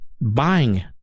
Buying